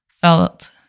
felt